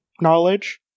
knowledge